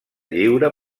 lliure